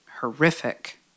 horrific